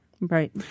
right